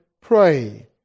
pray